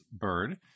bird